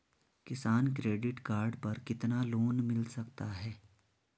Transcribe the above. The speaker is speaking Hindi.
किसान क्रेडिट कार्ड पर कितना लोंन मिल सकता है?